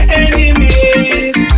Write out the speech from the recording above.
enemies